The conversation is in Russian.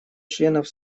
членов